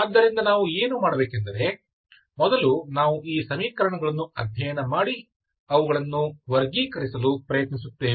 ಆದ್ದರಿಂದ ನಾವು ಏನು ಮಾಡಬೇಕೆಂದರೆ ಮೊದಲು ನಾವು ಈ ಸಮೀಕರಣಗಳನ್ನು ಅಧ್ಯಯನ ಮಾಡಿ ಅವುಗಳನ್ನು ವರ್ಗೀಕರಿಸಲು ಪ್ರಯತ್ನಿಸುತ್ತೇವೆ